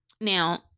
Now